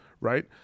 right